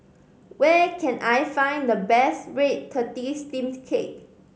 where can I find the best red tortoise steamed cake